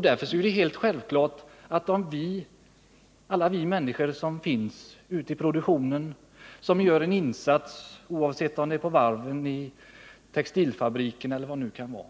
Därför är det självklart att alla de människor som gör en insats i produktionen, oavsett om det är på varven, i textilfabriken eller på annat håll,